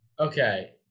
okay